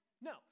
No